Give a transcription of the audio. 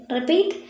Repeat